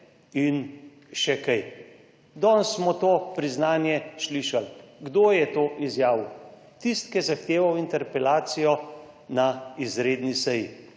in še kaj, danes smo to priznanje slišali. Kdo je to izjavil? Tisti, ki je zahteval interpelacijo na izredni seji,